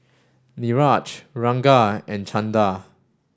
Niraj Ranga and Chanda